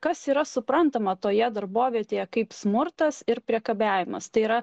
kas yra suprantama toje darbovietėje kaip smurtas ir priekabiavimas tai yra